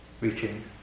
reaching